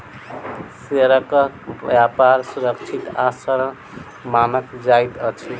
शेयरक व्यापार सुरक्षित आ सरल मानल जाइत अछि